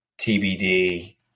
TBD